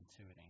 intuiting